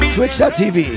twitch.tv